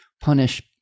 punish